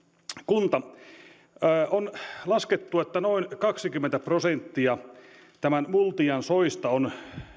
kunta on laskettu että noin kaksikymmentä prosenttia tämän multian soista on